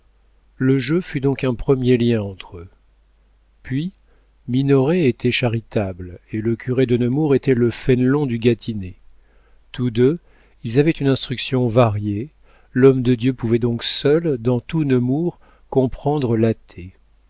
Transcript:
le jeu fut donc un premier lien entre eux puis minoret était charitable et le curé de nemours était le fénelon du gâtinais tous deux ils avaient une instruction variée l'homme de dieu pouvait donc seul dans tout nemours comprendre l'athée